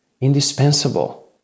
indispensable